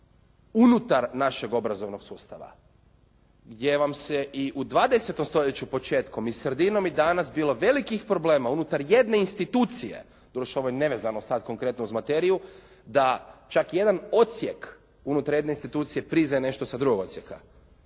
unutar našeg obrazovnog sustava gdje vam se i u 20. stoljeću početkom i sredinom i danas bilo velikih problema unutar jedne institucije, doduše ovo je nevezano sada konkretno uz materiju, da čak jedan odsjek unutar jedne institucije priznaje nešto sa drugog odsjeka.